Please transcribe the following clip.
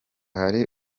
hari